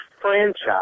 franchise